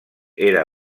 era